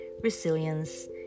resilience